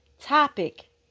topic